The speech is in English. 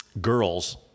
girls